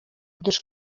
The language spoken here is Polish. gdyż